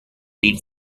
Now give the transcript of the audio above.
reads